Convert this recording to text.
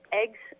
eggs